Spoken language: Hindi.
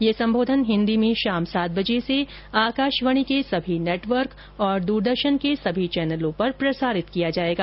यह संबोधन हिन्दी में शाम सात बजे से आकाशवाणी के सभी नेटवर्क और दूरदर्शन के सभी चैनलों पर प्रसारित किया जाएगा